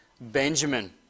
Benjamin